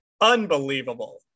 unbelievable